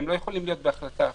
הם לא יכולים להיות בהחלטה אחרת.